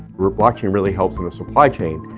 where blockchain really helps the supply chain,